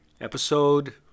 Episode